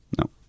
No